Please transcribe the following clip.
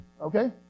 Okay